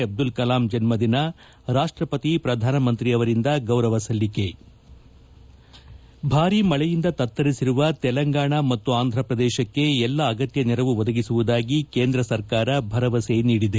ಅಬ್ದುಲ್ ಕಲಾಂ ಜನ್ನದಿನ ರಾಷ್ಷಪತಿ ಪ್ರಧಾನಿಯಿಂದ ಗೌರವ ಸಲ್ಲಿಕೆ ಭಾರೀ ಮಳೆಯಿಂದ ತತ್ತರಿಸಿರುವ ತೆಲಂಗಾಣ ಮತ್ತು ಆಂಧಪ್ರದೇಶಕ್ಕೆ ಎಲ್ಲಾ ರೀತಿಯ ಅಗತ್ತ ನೆರವು ಒದಗಿಸುವುದಾಗಿ ಕೇಂದ್ರ ಸರ್ಕಾರ ಭರವಸೆ ನೀಡಿದೆ